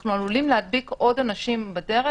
אנחנו עלולים להדביק עוד אנשים בדרך,